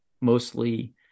mostly